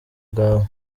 bwawe